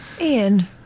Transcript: Ian